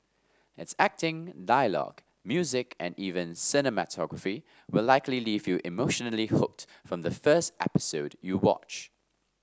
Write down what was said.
its acting dialogue music and even cinematography will likely leave you emotionally hooked from the first episode you watch